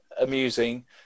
amusing